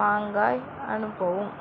மாங்காய் அனுப்பவும்